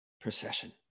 procession